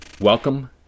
Welcome